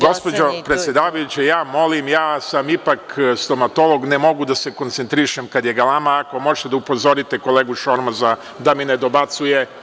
Gospođo predsedavajuća, molim vas, ja sam ipak stomatolog, ne mogu da se skoncentrišem kada je galama, ako možete da upozorite kolegu Šormaza da mi ne dobacuje.